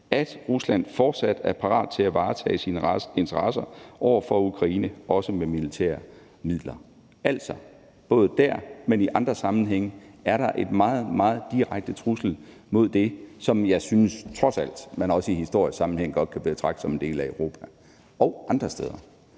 at Rusland fortsat er parat til at varetage sine interesser over for Ukraine, også med militære midler. Altså, både der, men også i andre sammenhænge er der en meget, meget direkte trussel mod det, som jeg trods alt også synes man i en historisk sammenhæng godt kan betragte som en del af Europa, og andre steder.